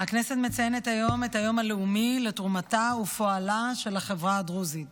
הכנסת מציינת היום את היום הלאומי לתרומתה ופועלה של החברה הדרוזית.